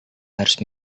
harus